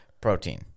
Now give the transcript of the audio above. protein